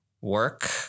Work